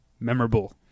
Memorable